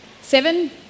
Seven